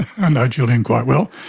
and julian quite well.